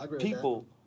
people